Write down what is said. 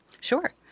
Sure